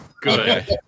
Good